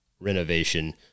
renovation